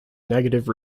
negative